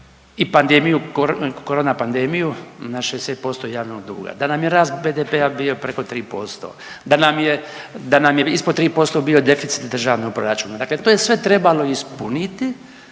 i pandemiju korone pandemiju, na 60% javnog duga, da nam je rast BDP-a bio preko 3%, da nam je, da nam je ispod 3% bio deficit državnog proračuna, dakle to je sve trebalo ispuniti